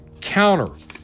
counter